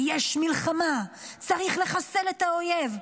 יש מלחמה, צריך לחסל את האויב.